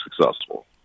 successful